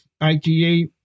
ITA